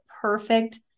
perfect